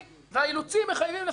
והאילוצים מחייבים לפעמים.